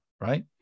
right